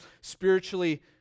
spiritually